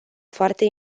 foarte